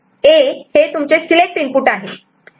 A हे तुमचे select input आहे